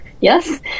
Yes